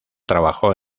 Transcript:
trabajó